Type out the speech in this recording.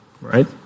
right